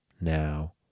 now